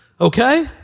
okay